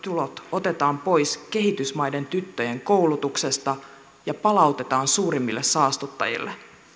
otetaan pois kehitysmaiden tyttöjen koulutuksesta ja palautetaan suurimmille saastuttajille